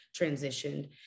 transitioned